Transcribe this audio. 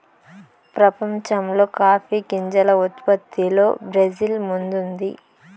ప్రపంచంలో కాఫీ గింజల ఉత్పత్తిలో బ్రెజిల్ ముందుంది